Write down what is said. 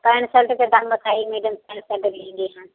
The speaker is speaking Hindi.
पैंट शर्ट का दाम बताइए मैडम पैंट शर्ट लेंगे हम